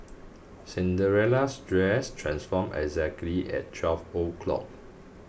Cinderella's dress transformed exactly at twelve o'clock